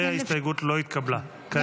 וההסתייגות לא התקבלה.